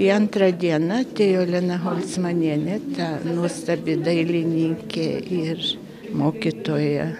į antrą dieną atėjo lina holcmanienė ta nuostabi dailininkė ir mokytoja